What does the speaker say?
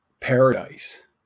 paradise